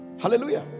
Hallelujah